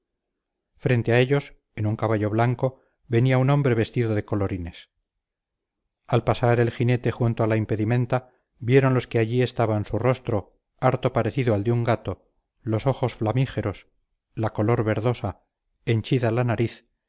frente a ellos en un caballo blanco venía un hombre vestido de colorines al pasar el jinete junto a la impedimenta vieron los que allí estaban su rostro harto parecido al de un gato los ojos flamígeros la color verdosa henchida la nariz